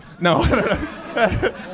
No